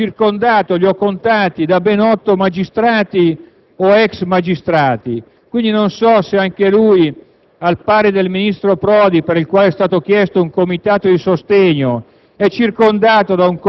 Non c'è riuscito. Era circondato, li ho contati, da ben otto magistrati o ex magistrati. Non so se anche lui, al pari del primo ministro Prodi, per il quale è stato chiesto un comitato di sostegno,